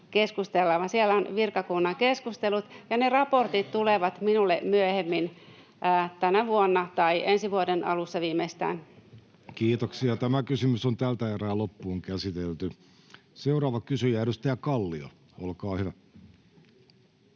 siellä on virkakunnan keskustelut, ja ne raportit tulevat minulle myöhemmin tänä vuonna tai ensi vuoden alussa viimeistään. Seuraava kysymys, edustaja Kallio, olkaa hyvä.